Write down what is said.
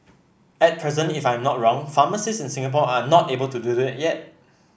at present if I'm not wrong pharmacists in Singapore are not able to do that yet